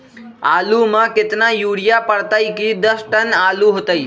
आलु म केतना यूरिया परतई की दस टन आलु होतई?